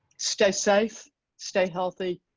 stay safe stay healthy